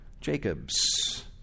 Jacob's